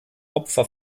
opfer